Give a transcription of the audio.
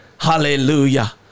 Hallelujah